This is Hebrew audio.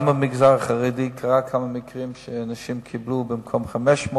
גם במגזר החרדי קרו כמה מקרים שאנשים קיבלו 500,